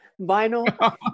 Vinyl